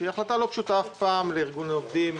שהיא החלטה לא פשוטה אף פעם לארגון עובדים,